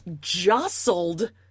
jostled